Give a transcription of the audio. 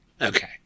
Okay